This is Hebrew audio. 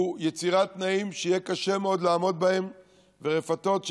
הוא יצירת תנאים שיהיה קשה מאוד לעמוד בהם ברפתות,